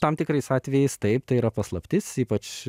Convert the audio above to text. tam tikrais atvejais taip tai yra paslaptis ypač